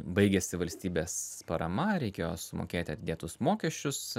baigėsi valstybės parama reikėjo sumokėti atidėtus mokesčius